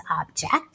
object